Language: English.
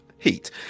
heat